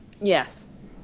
yes